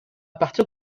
partir